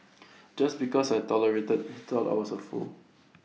just because I tolerated he thought I was A fool